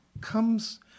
comes